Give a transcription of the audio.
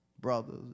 brothers